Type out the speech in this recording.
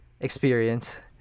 experience